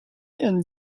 and